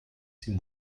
die